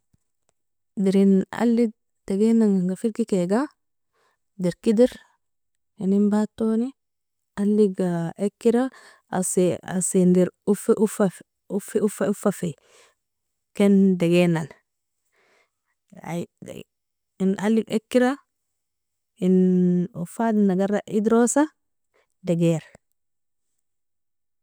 Dirn allig degainaga firgikega, dirk edir, inin batoni alliga ekira asi asin dir uffi uffei uffafi, ken degainan ay in allig ekira in uffadin agara idrosa degair.